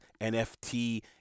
NFT